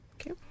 Okay